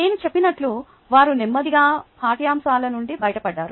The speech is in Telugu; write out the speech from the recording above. నేను చెప్పినట్లు వారు నెమ్మదిగా పాఠ్యాంశాల నుండి బయటపడ్డారు